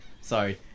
Sorry